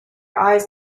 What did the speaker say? eyes